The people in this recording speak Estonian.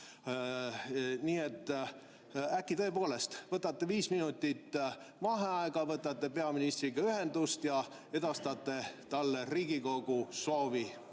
Nii et äkki te tõepoolest võtate viis minutit vaheaega, võtate peaministriga ühendust ja edastate talle Riigikogu soovi?